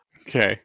Okay